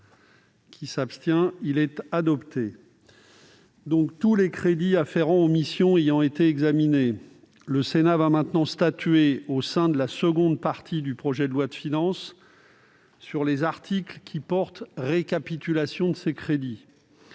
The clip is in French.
l'article 74. Tous les crédits afférents aux missions ayant été examinés, le Sénat va maintenant statuer, au sein de la seconde partie du projet de loi de finances, sur les articles qui portent récapitulation de ces crédits.